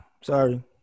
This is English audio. sorry